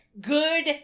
good